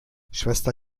schwester